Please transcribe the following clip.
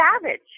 savage